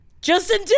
Justin